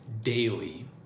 daily